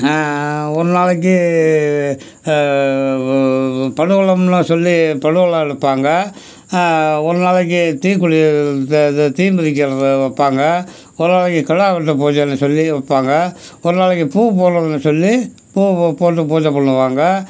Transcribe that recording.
ஒரு நாளைக்கு படுவலம்லாம் சொல்லி படுவலம் எடுப்பாங்க ஒரு நாளைக்கு தீக்குழி இது அது தீ மிதிக்கிறது வைப்பாங்க ஒரு நாளைக்கு கிடா வெட்டு பூஜைன்னு சொல்லி வைப்பாங்க ஒரு நாளைக்கு பூ போடணும்னு சொல்லி பூவு போட்டு பூஜை பண்ணுவாங்க